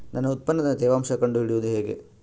ನನ್ನ ಉತ್ಪನ್ನದ ತೇವಾಂಶ ಕಂಡು ಹಿಡಿಯುವುದು ಹೇಗೆ?